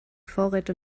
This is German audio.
vorräte